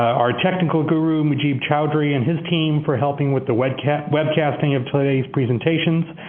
our technical guru mujeeb chowdry and his team for helping with the webcasting webcasting of today's presentations,